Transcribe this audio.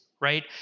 right